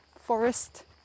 forest